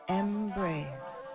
embrace